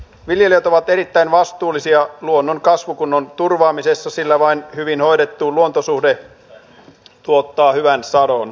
viljelijät ovat erittäin vastuullisia luonnon kasvukunnon turvaamisessa sillä vain hyvin hoidettu luontosuhde tuottaa hyvän sadon